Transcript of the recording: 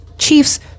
chiefs